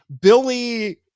Billy